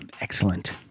excellent